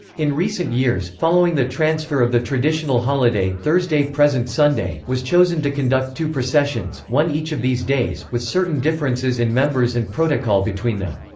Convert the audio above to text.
in recent years, following the transfer of the traditional holiday thursday present sunday, was chosen to conduct two processions, one each of these days, with certain differences in members and protocol between them.